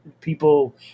people